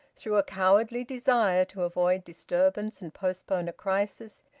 through a cowardly desire to avoid disturbance and postpone a crisis,